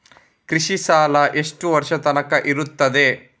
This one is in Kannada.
ಕೃಷಿ ಸಾಲ ಎಷ್ಟು ವರ್ಷ ತನಕ ಇರುತ್ತದೆ?